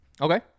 Okay